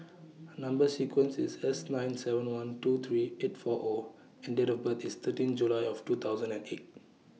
Number sequence IS S nine seven one two three eight four O and Date of birth IS thirteen July of two thousand and eight